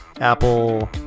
Apple